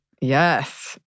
Yes